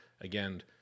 again